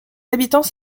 habitants